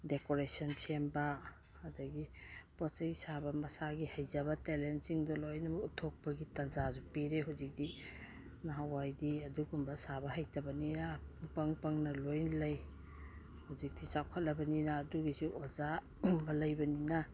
decoration ꯁꯦꯝꯕ ꯑꯗꯒꯤ ꯄꯣꯠ ꯆꯩ ꯁꯥꯕ ꯃꯁꯥꯒꯤ ꯍꯩꯖꯕ ꯇꯦꯂꯦꯟꯁꯤꯡꯗꯨ ꯂꯣꯏꯅꯃꯛ ꯎꯠꯊꯣꯛꯄꯒꯤ ꯇꯥꯟꯖꯥꯁꯨ ꯄꯤꯔꯦ ꯍꯧꯖꯤꯛꯇꯤ ꯅꯍꯥꯟꯋꯥꯏꯗꯤ ꯑꯗꯨꯒꯨꯝꯕ ꯁꯥꯕ ꯍꯩꯇꯕꯅꯤꯅ ꯏꯄꯪ ꯄꯪꯅ ꯂꯣꯏ ꯂꯩ ꯍꯧꯖꯤꯛꯇꯤ ꯆꯥꯎꯈꯠꯂꯕꯅꯤꯅ ꯑꯗꯨꯒꯤꯁꯨ ꯑꯣꯖꯥ ꯂꯩꯕꯅꯤꯅ